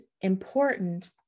important